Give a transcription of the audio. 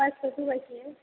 मस्त तू कशी आहेस